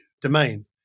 domain